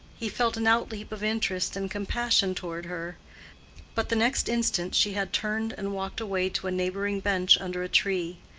he felt an outleap of interest and compassion toward her but the next instant she had turned and walked away to a neighboring bench under a tree.